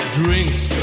drinks